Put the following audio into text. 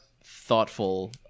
thoughtful